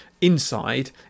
inside